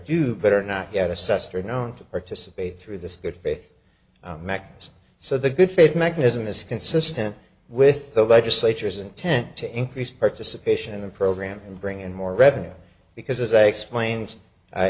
but are not yet assessed or known to participate through this good faith so the good faith mechanism is consistent with the legislature's intent to increase participation in the program and bring in more revenue because as i explain